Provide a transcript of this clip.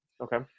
okay